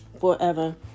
Forever